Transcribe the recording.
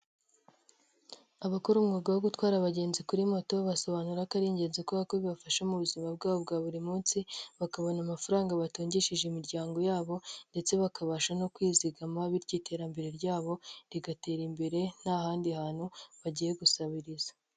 Abakora umwuga wo gutwara abagenzi kuri moto basobanura ko ari ingenzi kubera ko bibafasha mu buzima bwabo bwa buri munsi, bakabona amafaranga batungishije imiryango yabo ndetse bakabasha no kwizigama bityo iterambere ryabo rigatera imbere nta handi hantu bagiye gusabiriza.